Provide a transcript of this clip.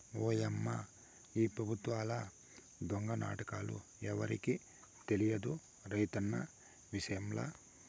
ఓయమ్మా ఈ పెబుత్వాల దొంగ నాటకాలు ఎవరికి తెలియదు రైతన్న విషయంల